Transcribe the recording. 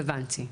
הבנתי.